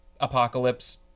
apocalypse